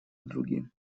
другим